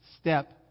step